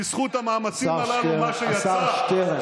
בזכות המאמצים הללו, השר שטרן, השר שטרן.